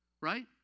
Right